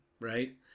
right